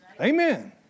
Amen